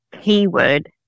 keyword